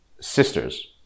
sisters